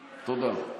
תודה.